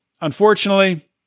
unfortunately